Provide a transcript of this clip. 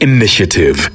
Initiative